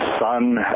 son